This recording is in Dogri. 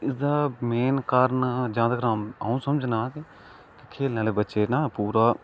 इसदा मेन काऱण जां ते अऊं समझना कि खेलने आहले बच्चे ना पूरा